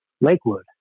Lakewood